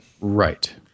Right